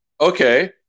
Okay